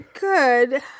Good